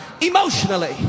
emotionally